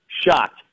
shocked